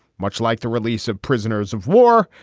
much like the release of prisoners of war,